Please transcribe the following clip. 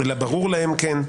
אלא ברור להם כן,